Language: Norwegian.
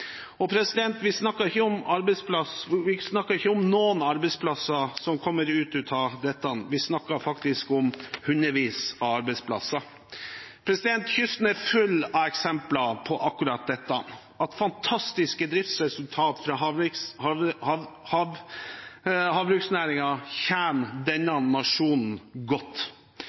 Vi snakker ikke om noen arbeidsplasser som kommer ut av dette – vi snakker faktisk om hundrevis av arbeidsplasser. Kysten er full av eksempler på akkurat dette, at fantastiske driftsresultat fra havbruksnæringen tjener denne nasjonen godt.